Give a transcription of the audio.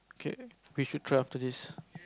okay we should try after this